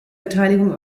beteiligung